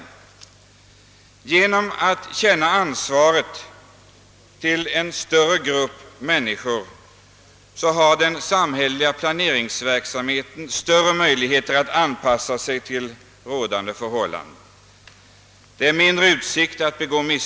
FR Genom att lämna ansvaret till en större grupp människor har den sant hälleliga planeringsverksamheten större möjligheter att anpassa sig till rådande förhållanden. Det är mindre risk för. att misstag begås.